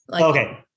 okay